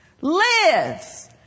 lives